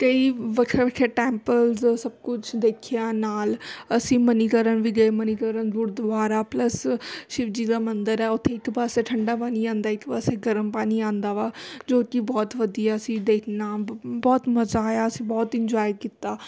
ਕਈ ਵੱਖਰੇ ਵੱਖਰੇ ਟੈਂਪਲਜ਼ ਸਭ ਕੁਛ ਦੇਖਿਆ ਨਾਲ ਅਸੀਂ ਮਨੀਕਰਨ ਵੀ ਗਏ ਮਨੀਕਰਨ ਗੁਰਦੁਆਰਾ ਪਲੱਸ ਸ਼ਿਵਜੀ ਦਾ ਮੰਦਰ ਹੈ ਉੱਥੇ ਇੱਕ ਪਾਸੇ ਠੰਡਾ ਪਾਣੀ ਆਉਂਦਾ ਇੱਕ ਪਾਸੇ ਗਰਮ ਪਾਣੀ ਆਉਂਦਾ ਵਾ ਜੋ ਕਿ ਬਹੁਤ ਵਧੀਆ ਸੀ ਦੇਖਣਾ ਬਹੁਤ ਮਜ਼ਾ ਆਇਆ ਅਸੀਂ ਬਹੁਤ ਇੰਜੋਏ ਕੀਤਾ